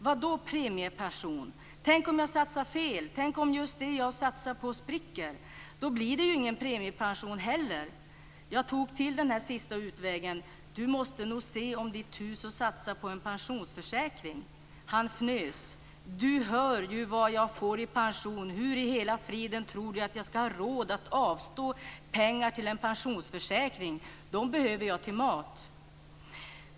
"Vadå premiepension, tänk om jag satsar fel, tänk om just det jag satsar på spricker. Då blir det ingen premiepension heller." Jag tog till den sista utvägen: "Du måste nog se om ditt hus och satsa på en pensionsförsäkring." Han fnös: "Du hör ju vad jag får i pension, hur i hela friden tror du att jag ska ha råd att avstå pengar till en pensionsförsäkring. De behöver jag till mat."